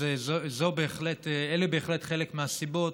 אלה בהחלט חלק מהסיבות